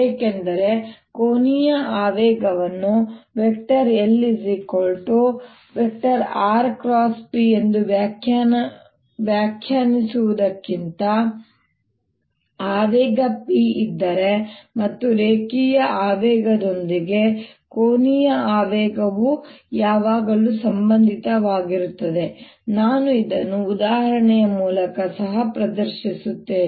ಏಕೆಂದರೆ ಕೋನೀಯ ಆವೇಗವನ್ನು Lrp ಎಂದು ವ್ಯಾಖ್ಯಾನಿಸುವುದಕ್ಕಿಂತ ಆವೇಗ p ಇದ್ದರೆ ಮತ್ತು ರೇಖೀಯ ಆವೇಗದೊಂದಿಗೆ ಕೋನೀಯ ಆವೇಗವು ಯಾವಾಗಲೂ ಸಂಬಂಧಿತವಾಗಿರುತ್ತದೆ ನಾನು ಇದನ್ನು ಉದಾಹರಣೆಯ ಮೂಲಕ ಸಹ ಪ್ರದರ್ಶಿಸುತ್ತೇನೆ